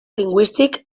lingüístic